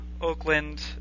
Oakland